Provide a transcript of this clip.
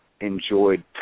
enjoyed